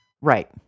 Right